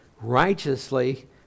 righteously